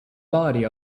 body